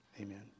Amen